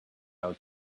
out